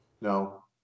No